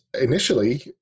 initially